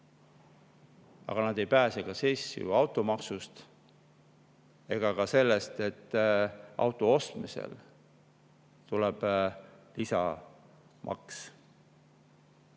Aga nad ei pääse ka siis ju automaksust ega ka sellest, et auto ostmisel tuleb lisamaks.